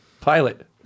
Pilot